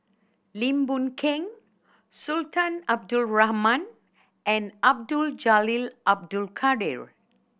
Lim Boon Keng Sultan Abdul Rahman and Abdul Jalil Abdul Kadir